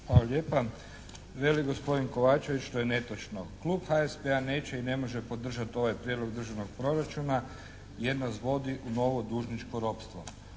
lijepa. Veli gospodin Kovačević što je netočno: «Klub HSP-a neće i ne može podržati ovaj Prijedlog državnog proračuna jer nas vodi u novo dužničko ropstvo.»